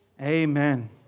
Amen